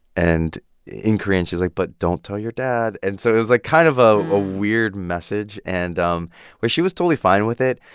and in korean, she's like, but don't tell your dad. and so it was, like, kind of a ah weird message. and um but she was totally fine with it,